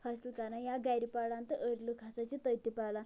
حٲصل کران یا گھرِ پران تہٕ أڑۍ لوٗکھ ہسا چھِ تٔتۍ تہِ پران